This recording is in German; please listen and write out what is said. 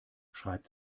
schreibt